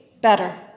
better